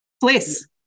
Please